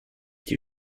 die